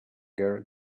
girl